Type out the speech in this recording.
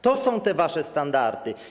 To są te wasze standardy.